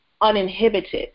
uninhibited